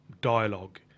dialogue